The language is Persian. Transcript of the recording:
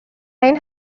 این